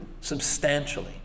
substantially